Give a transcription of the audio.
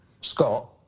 Scott